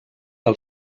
del